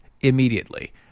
immediately